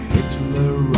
Hitler